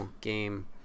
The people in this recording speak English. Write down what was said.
game